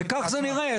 וכך זה נראה,